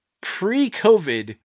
pre-COVID